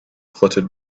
fluttered